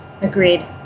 Agreed